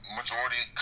majority